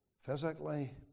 Physically